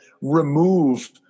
remove